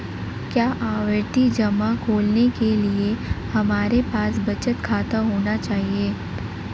क्या आवर्ती जमा खोलने के लिए हमारे पास बचत खाता होना चाहिए?